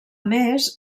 més